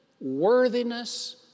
worthiness